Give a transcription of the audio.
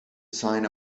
sign